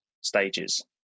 stages